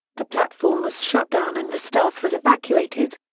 the platform was shut down and the staff was evacuated.